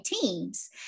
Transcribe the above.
teams